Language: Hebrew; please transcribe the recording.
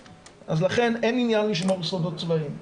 לכן אין עניין לשמור סודות צבאיים.